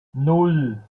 nan